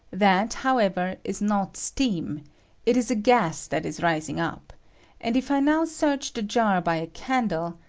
that, however, is not steam it is a gas that is rising up and if i now search the jar by a candle,